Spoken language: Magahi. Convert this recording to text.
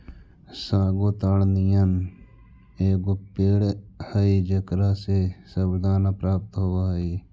सागो ताड़ नियन एगो पेड़ हई जेकरा से सबूरदाना प्राप्त होब हई